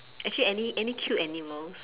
actually any any cute animals